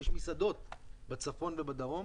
יש מסעדות בצפון ובדרום